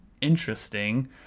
interesting